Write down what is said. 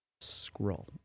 scroll